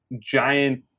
giant